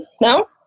no